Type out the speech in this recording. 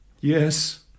Yes